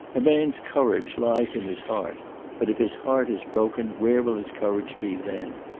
a man's courage lies in his heart but if his heart is broken where will his courage be then?